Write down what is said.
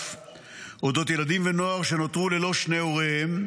על אודות ילדים ונוער שנותרו ללא שני הוריהם,